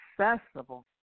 accessible